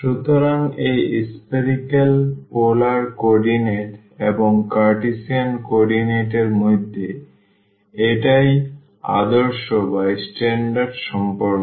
সুতরাং এই spherical polar coordinate এবং কার্টেসিয়ান কোঅর্ডিনেট এর মধ্যে এটাই আদর্শ সম্পর্ক